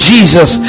Jesus